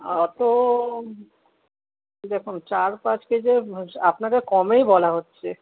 আর অতো দেখুন চার পাঁচ কেজি আপনাকে কমেই বলা হচ্চে